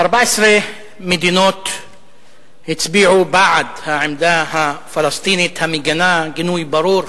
14 מדינות הצביעו בעד העמדה הפלסטינית המגנה גינוי ברור,